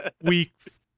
week's